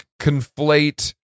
conflate